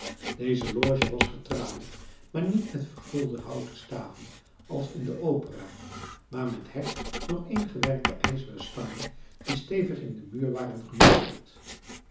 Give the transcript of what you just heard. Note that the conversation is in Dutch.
deze loge was getralied maar niet met vergulde houten staven als in de opera maar met hecht dooreengewerkte ijzeren stangen die stevig in den muur waren gemetseld